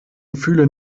gefühle